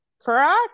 Correct